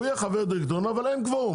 הוא יהיה חבר דירקטוריון אבל אין קבורום,